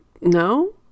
no